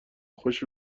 خوش